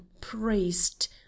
priest